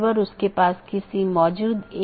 दूसरा BGP connection बनाए रख रहा है